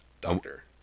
doctor